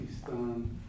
Pakistan